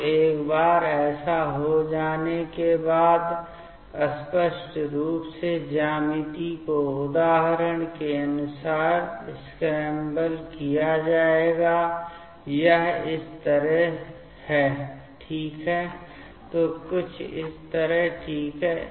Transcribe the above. तो एक बार ऐसा हो जाने के बाद स्पष्ट रूप से ज्यामिति को उदाहरण के अनुसार स्क्रैम्बल किया जाएगा यह इस तरह है ठीक है तो कुछ इस तरह ठीक है